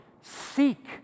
seek